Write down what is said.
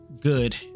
good